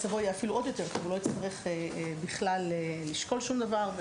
מצבו יהיה אפילו עוד יותר טוב כי הוא לא יצטרך בכלל לשקול שום דבר.